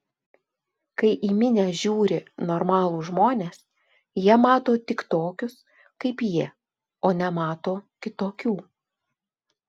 kai į minią žiūri normalūs žmonės jie mato tik tokius kaip jie o nemato kitokių